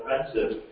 offensive